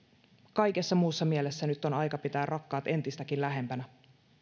kaikessa muussa mielessä nyt on aika pitää rakkaat entistäkin lähempänä